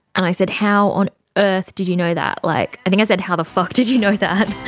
and i said, how on earth did you know that? like i think i said, how the fuck did you know that?